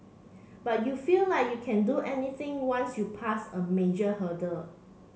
but you feel like you can do anything once you passed a major hurdle